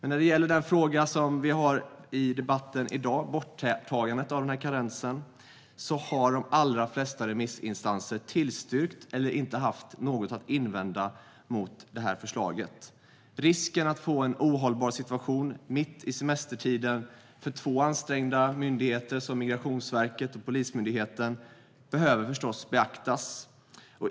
När det gäller den fråga vi debatterar i dag, borttagandet av karensen, har de allra flesta remissinstanser tillstyrkt eller inte haft något att invända mot förslaget. Risken att få en ohållbar situation mitt i semestertiden för två ansträngda myndigheter som Migrationsverket och Polismyndigheten behöver förstås beaktas.